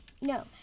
no